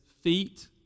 feet